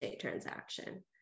transaction